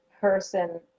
person